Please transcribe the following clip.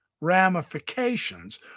ramifications